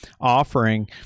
offering